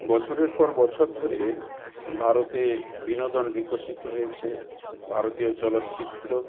বছরের পর বছর ধরে ভারতে বিনোদন বিকশিত হয়েছে ভারতীয় চলচ্চিত্র